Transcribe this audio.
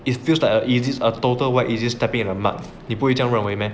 it feels like a easy a total white easy step in in a mart 你不会这样认为 meh